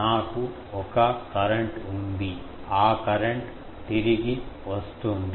నాకు ఒక కరెంట్ ఉంది ఆ కరెంట్ తిరిగి వస్తోంది